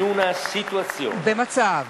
(מחיאות כפיים) במצב